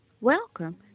Welcome